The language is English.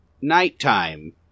Nighttime